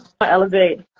elevate